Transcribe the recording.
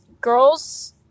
girls